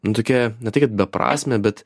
nu tokia ne tai kad beprasmė bet